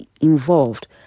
involved